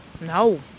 No